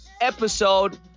episode